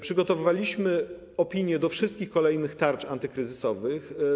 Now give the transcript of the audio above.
Przygotowywaliśmy opinie do wszystkich kolejnych tarcz antykryzysowych.